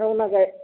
होऊनच जाईल